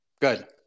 Good